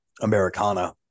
americana